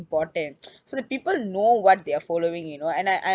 important so the people know what they are following you know and I I